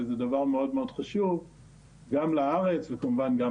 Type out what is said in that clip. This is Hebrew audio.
וזה דבר מאוד מאוד חשוב גם לארץ וכמובן גם